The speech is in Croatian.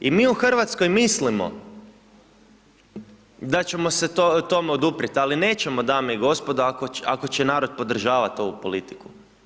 I mi u Hrvatskoj mislimo da ćemo se tome oduprijeti, ali nećemo dame i gospodo, ako će narod podržavat ovu politiku.